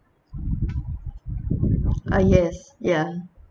ah yes ya